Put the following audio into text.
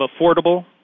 affordable